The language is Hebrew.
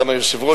סגן היושב-ראש,